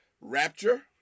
Rapture